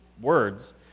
words